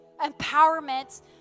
empowerment